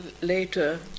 later